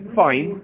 fine